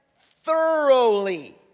thoroughly